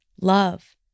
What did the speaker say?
love